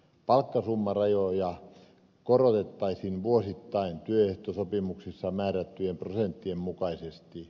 palkkasummarajoja korotettaisiin vuosittain työehtosopimuksissa määrättyjen prosenttien mukaisesti